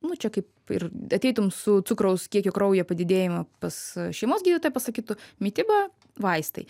nu čia kaip ir ateitum su cukraus kiekio kraujyje padidėjimu pas šeimos gydytoją pasakytų mityba vaistai